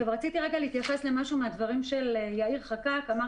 רציתי להתייחס למשהו מהדברים שאמר יאיר חקאק.